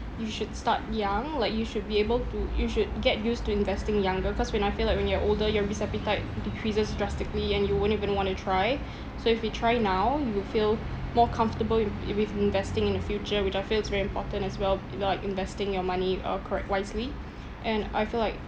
you should start young like you should be able to you should get used to investing younger cause when I feel like when you're older your risk appetite decreases drastically and you won't even want to try so if we try now you will feel more comfortable in i~ with investing in the future which I feel it's very important as well you know like investing your money uh correct wisely and I feel like